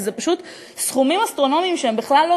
כי אלה פשוט סכומים אסטרונומיים שהם בכלל לא